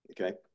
okay